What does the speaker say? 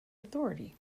authority